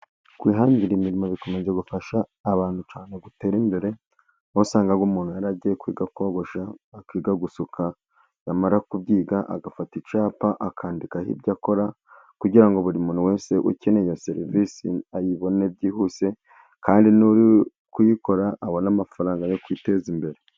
kwihangira imirimo bikomeza gufasha abantu cyane guterare imbere aho usanga umuntu yaragiye kwiga akiga kogosha, akiga gusuka, yamara kubyiga agafata icyapa akandikaho ibyo akora, kugira ngo buri muntu wese ukeneye iyo serivisi ayibone byihuse, kandi nuri kuyikora abone amafaranga yo kwiteza imbere.